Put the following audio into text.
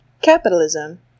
Capitalism